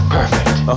Perfect